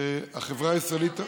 שהחברה הישראלית,